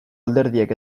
alderdiek